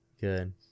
Good